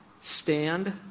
stand